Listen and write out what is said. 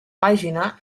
pàgina